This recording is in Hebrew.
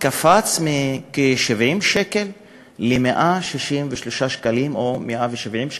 קפץ מכ-70 שקל ל-163 שקלים או 170 שקלים.